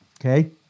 Okay